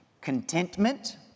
contentment